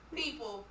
people